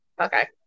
Okay